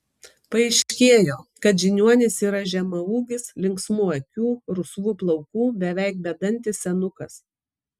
paaiškėjo kad žiniuonis yra žemaūgis linksmų akių rusvų plaukų beveik bedantis senukas